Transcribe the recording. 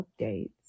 updates